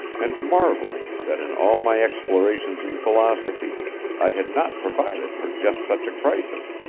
and marvelling that in all my explorations in philosophy i had not provided for just such a crisis,